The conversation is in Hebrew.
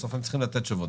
בסוף הם צריכים לתת תשובות.